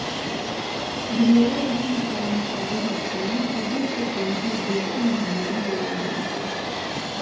ढेरो अइसन कर्मचारी हथिन सभे के पेन्शन बिल्कुल भी नय देवल जा हय